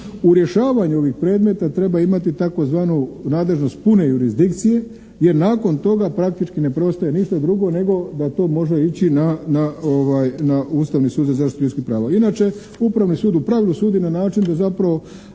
u rješavanju ovih predmeta treba imati tzv. nadležnost pune jurisdikcije jer nakon toga praktički ne preostaje ništa drugo nego da to može ići na Ustavni sud za zaštitu ljudskih prava. Inače, upravni sud u pravilu sudi na način da zapravo